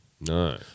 No